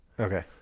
Okay